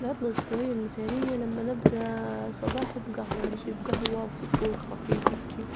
العطلة الأسبوعية المثالية لما نبدأ صباحي بجهوة، نجيب جهوة وفطور خفيف هيك،